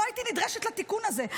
לא הייתי נדרשת לתיקון הזה.